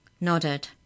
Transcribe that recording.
Nodded